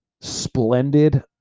splendid